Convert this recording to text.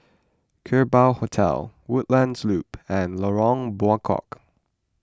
Kerbau Hotel Woodlands Loop and Lorong Buangkok